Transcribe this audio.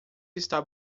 está